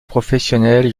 professionnel